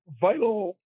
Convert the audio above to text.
vital